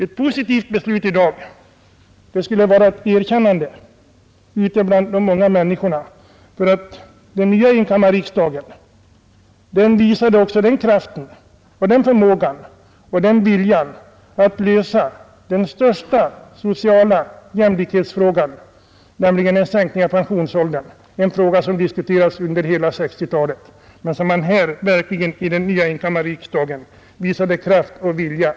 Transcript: Ett positivt beslut i dag skulle medföra ett erkännande ute bland de många människorna av att den nya enkammarriksdagen också visat kraften, förmågan och viljan att lösa den största sociala jämlikhetsfrågan, nämligen en sänkning av pensionsåldern — en fråga som diskuterats under hela 1960-talet.